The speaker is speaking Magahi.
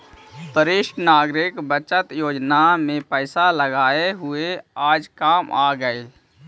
वरिष्ठ नागरिक बचत योजना में पैसे लगाए हुए आज काम आ गेलइ